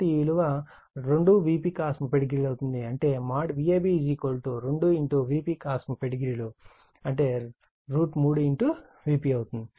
కాబట్టి ఈ విలువ 2Vpcos 300 అవుతుంది అంటే Vab2Vp cos 300 3 Vp అవుతుంది